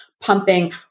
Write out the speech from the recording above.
pumping